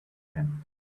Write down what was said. him